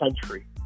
country